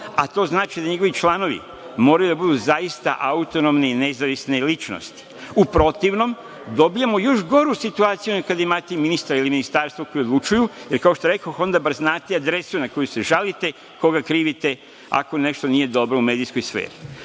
a to znači da njegovi članovi moraju da budu zaista autonomni, nezavisne ličnosti. U protivnom, dobijamo još goru situaciju kada imate ministra ili ministarstvo koji odlučuju, jer kao što rekoh, onda bar znate adresu na koju se žalite, koga krivite ako nešto nije dobro u medijskoj sferi.U